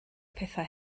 pethau